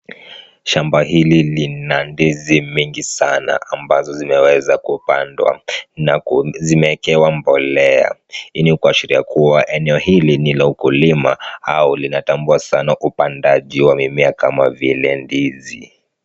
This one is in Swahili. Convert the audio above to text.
Shamba hili lina ndizi mingi sana ambazo zimeweza kupandwa na zimewekewa mbolea. Hii ni kuashiria kua eneo hili ni la ukulima au linatambua sana upandaji wa mimea kama vile ndizi.